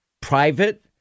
private